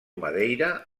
madeira